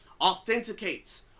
authenticates